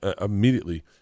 immediately